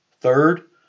Third